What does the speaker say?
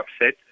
upset